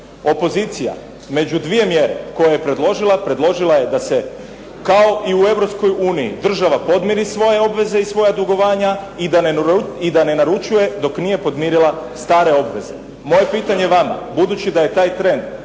Opozicija, među 2 mjere koje je predložila, predložila je da se kao i u EU država podmiri svoje obveze i svoja dugovanja i da ne naručuje dok nije podmirila stare obveze. Moje pitanje vama, budući da je taj trend